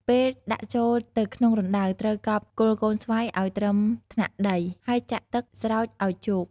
ពេលដាក់ចូលទៅក្នុងរណ្ដៅ ត្រូវកប់គល់កូនស្វាយឲ្យត្រឹមថ្នាក់ដី ហើយចាក់ទឹកស្រោចឲ្យជោគ។